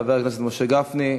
חבר הכנסת משה גפני,